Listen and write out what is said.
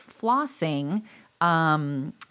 flossing